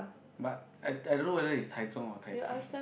but I I don't know whether is Taichung or Taipei